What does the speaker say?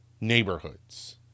neighborhoods